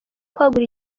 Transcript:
kwagura